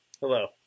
Hello